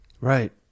Right